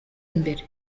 imbere